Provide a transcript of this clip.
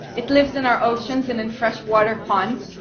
it lives in our oceans and in freshwater ponds.